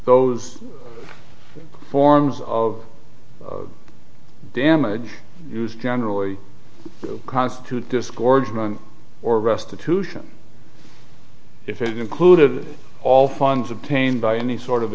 those forms of damage used generally constitute disgorgement or restitution if it included all funds obtained by any sort of